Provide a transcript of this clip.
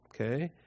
okay